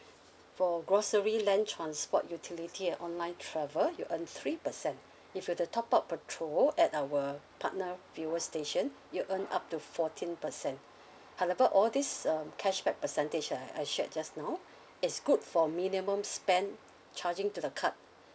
for grocery land transport utility and online travel you earn three percent if you were to top up petrol at our partner fuel station you earn up to fourteen percent however all these um cashback percentage uh I shared just now it's good for minimum spend charging to the card